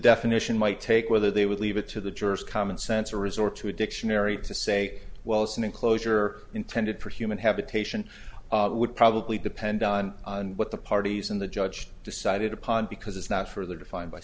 definition might take whether they would leave it to the jurors common sense or resort to a dictionary to say well it's an inclosure intended pretty human habitation would probably depend on what the parties and the judge decided upon because it's not further define by